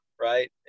right